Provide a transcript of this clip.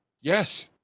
Yes